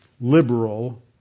liberal